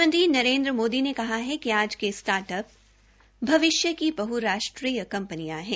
प्रधानमंत्री नरेन्द्र मोदी ने कहा है कि आज स्टार्ट अप भविष्य की बहुराष्ट्रीय कंपनियां हैं